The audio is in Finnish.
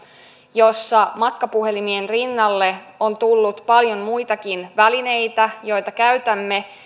jossa matkapuhelimien rinnalle on tullut paljon muitakin välineitä joita käytämme